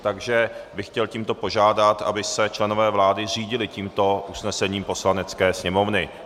Takže bych chtěl tímto požádat, aby se členové vlády řídili tímto usnesením Poslanecké sněmovny.